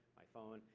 my phone,